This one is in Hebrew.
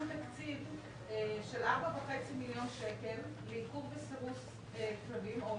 תקציב של 4.5 מיליון שקל לעיקור וסירוס כלבים או